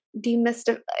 demystify